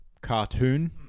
cartoon